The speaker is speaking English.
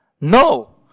No